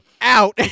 out